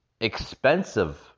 expensive